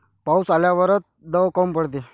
पाऊस आल्यावर दव काऊन पडते?